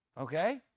okay